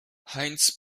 heinz